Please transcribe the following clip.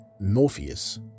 Morpheus